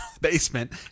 basement